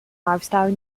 lifestyle